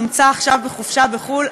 הוא נמצא עכשיו בחופשה בחו"ל.